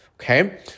okay